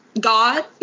God